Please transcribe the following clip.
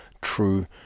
true